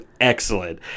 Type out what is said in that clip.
excellent